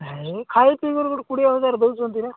ଏଇ ଖାଇ ପିଇକରି କୋଡ଼ିଏ ହଜାର ଦେଉଛନ୍ତି ନା